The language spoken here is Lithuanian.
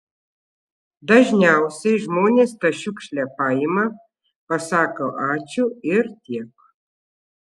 dažniausiai žmonės tą šiukšlę paima pasako ačiū ir tiek